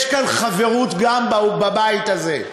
יש כאן חברות, גם בבית הזה.